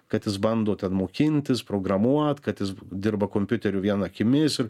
kad jis bando ten mokintis programuot kad jis dirba kompiuteriu vien akimis ir